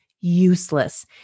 useless